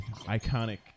iconic